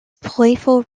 playful